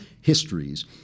histories